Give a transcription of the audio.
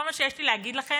כל מה שיש לי להגיד לכם: